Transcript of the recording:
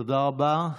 תודה רבה.